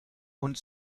und